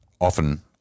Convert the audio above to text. often